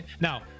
now